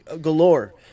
galore